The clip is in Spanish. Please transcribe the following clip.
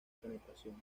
penetración